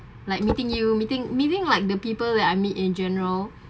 like meeting you meeting meeting like the people that I meet in general